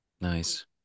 Nice